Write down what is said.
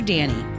Danny